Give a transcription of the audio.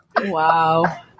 Wow